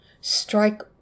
Strike